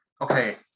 okay